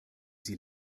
sie